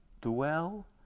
dwell